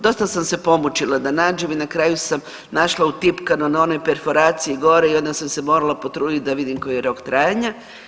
Dosta sam se pomučila da nađem i na kraju sam našla utipkano na onoj perforaciji gore i onda sam se morala potruditi da vidim koji je rok trajanja.